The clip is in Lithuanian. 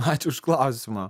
ačiū už klausimą